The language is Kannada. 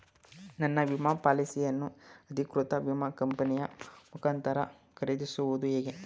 ನನ್ನ ವಿಮಾ ಪಾಲಿಸಿಯನ್ನು ಅಧಿಕೃತ ವಿಮಾ ಕಂಪನಿಯ ಮುಖಾಂತರ ಖರೀದಿಸುವುದು ಹೇಗೆ?